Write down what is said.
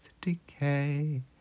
decay